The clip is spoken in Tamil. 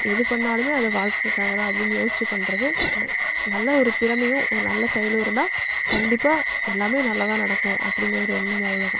எது பண்ணாலுமே அது வாழ்க்கைக்காக தான் அப்படின்னு யோசித்து பண்ணுறது நல் நல்ல ஒரு திறமையும் ஒரு நல்ல செயலும் இருந்தால் கண்டிப்பாக எல்லாமே நல்லதாக நடக்கும் அப்படிங்க ஒரு எண்ணம் அவ்வளோ தான்